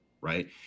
right